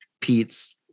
Pete's